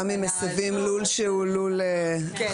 גם אם מסבים לול שהוא לול אחר.